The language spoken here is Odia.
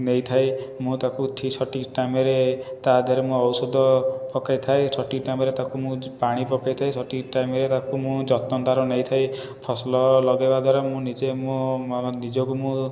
ନେଇଥାଏ ମୁଁ ତା'କୁ ଠିକ ସଠିକ ଟାଇମରେ ତା' ଦେହରେ ମୁଁ ଔଷଧ ପକାଇଥାଏ ସଠିକ ଟାଇମରେ ତା'କୁ ମୁଁ ପାଣି ପକାଇଥାଏ ସଠିକ ଟାଇମରେ ତାକୁ ମୁଁ ଯତ୍ନ ତା'ର ନେଇଥାଏ ଫସଲ ଲଗାଇବା ଦ୍ୱାରା ନିଜେ ମୁଁ ନିଜକୁ ମୁଁ